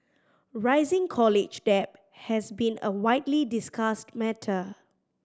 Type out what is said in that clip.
rising college debt has been a widely discussed matter